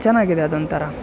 ಚೆನ್ನಾಗಿದೆ ಅದೊಂದು ಥರ